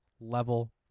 level